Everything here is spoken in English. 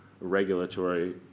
regulatory